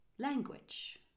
language